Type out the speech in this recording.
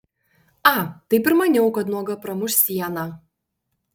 a taip ir maniau kad nuoga pramuš sieną